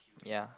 ya